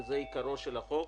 וזה עיקרו של החוק,